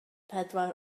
pedwar